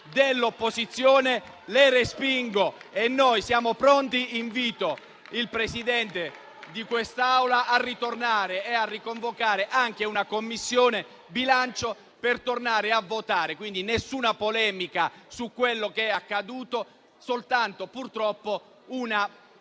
dell'opposizione le respingo. Noi siamo pronti. Invito il Presidente di questa Assemblea a riconvocare anche una Commissione bilancio per tornare a votare. Non c'è nessuna polemica su quello che è accaduto; si è trattato